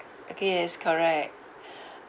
okay yes correct